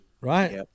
right